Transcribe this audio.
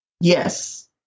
Yes